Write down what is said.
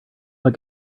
but